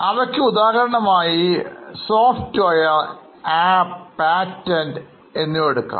അവയ്ക്ക് ഉദാഹരണമായി softwares apps patents എന്നിവ ഉദാഹരണങ്ങളായി എടുക്കാം